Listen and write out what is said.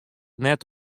net